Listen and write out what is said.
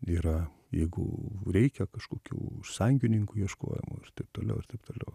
yra jeigu reikia kažkokių sąjungininkų ieškojimo ir taip toliau ir taip toliau